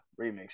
remix